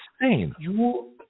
insane